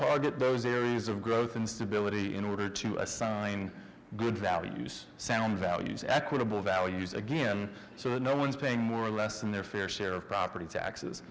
target those areas of growth and stability in order to assign good values sound values equitable values again so that no one's paying more or less than their fair share of property taxes